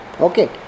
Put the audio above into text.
okay